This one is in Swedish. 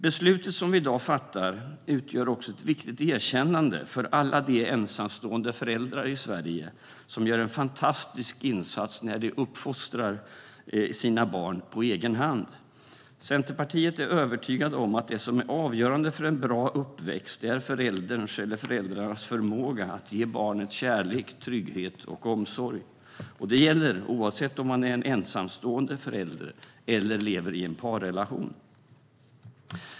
Beslutet som vi i dag fattar utgör också ett viktigt erkännande för alla de ensamstående föräldrar i Sverige som gör en fantastisk insats när de uppfostrar sina barn på egen hand. Vi i Centerpartiet är övertygade om att det som är avgörande för en bra uppväxt är förälderns eller föräldrarnas förmåga att ge barnet kärlek, trygghet och omsorg. Det gäller oavsett om man är en ensamstående förälder eller lever i en parrelation.